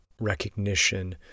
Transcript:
recognition